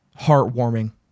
heartwarming